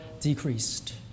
decreased